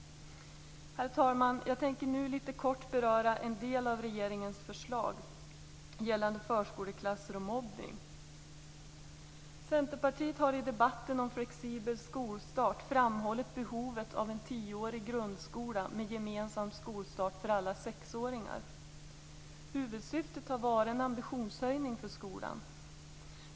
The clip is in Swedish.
Herr talman! Jag tänker nu litet kort beröra en del av regeringens förslag gällande förskoleklasser och mobbning. Centerpartiet har i debatten om flexibel skolstart framhållit behovet av en tioårig grundskola med gemensam skolstart för alla sexåringar. Huvudsyftet har varit en ambitionshöjning för skolan.